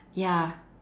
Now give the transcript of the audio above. ya